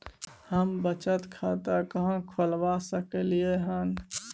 हम बचत खाता कहाॅं खोलवा सकलिये हन?